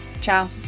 Ciao